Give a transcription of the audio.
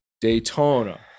daytona